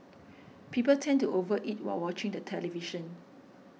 people tend to over eat while watching the television